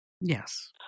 Yes